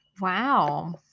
wow